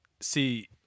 see